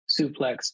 suplex